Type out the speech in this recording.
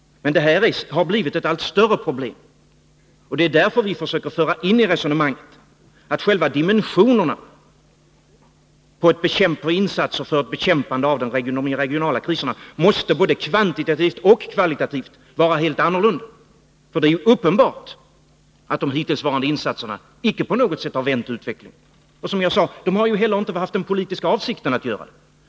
Men detta har blivit ett allt större problem, och det är därför vi försöker föra in i resonemanget att själva dimensionerna på insatserna för bekämpande av de regionala kriserna måste både kvantitativt och kvalitativt vara helt annorlunda. Det är ju uppenbart att de hittillsvarande insatserna icke på något sätt vänt utvecklingen. Som jag tidigare sade har de heller inte haft den politiska avsikten att göra det.